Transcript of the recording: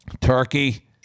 Turkey